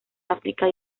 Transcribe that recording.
áfrica